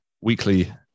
weekly